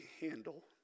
handle